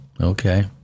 Okay